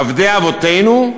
עבדי אבותינו,